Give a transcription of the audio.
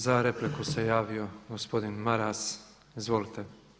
Za repliku se javio gospodin Maras, izvolite.